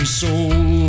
soul